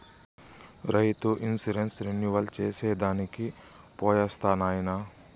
రైతు insurance renewal చేసి దానికి పోయొస్తా నాయనా